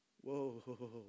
Whoa